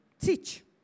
teach